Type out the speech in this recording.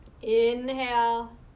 Inhale